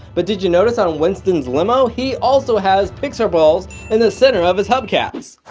but did you notice on winston's limo, he also has pixar balls in the center of his hubcaps.